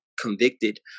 convicted